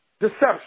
Deception